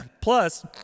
Plus